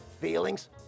feelings